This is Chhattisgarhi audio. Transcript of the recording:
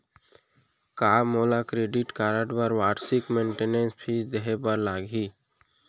का मोला क्रेडिट कारड बर वार्षिक मेंटेनेंस फीस देहे बर लागही?